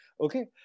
Okay